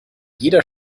jeder